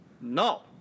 No